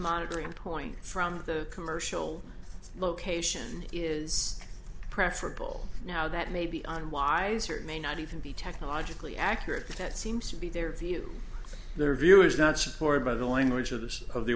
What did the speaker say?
monitoring point from the commercial location is preferable now that may be on wise or may not even be technologically accurate but that seems to be their view their view is not supported by the language of those of the